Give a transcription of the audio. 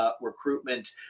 recruitment